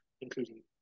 including